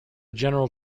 general